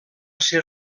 ser